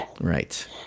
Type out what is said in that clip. Right